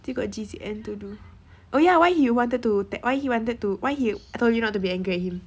still got G_G_M to do oh ya why he wanted to why he wanted to why he told you not to be angry at him